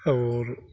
तब आओर